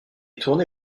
tourné